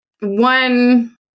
one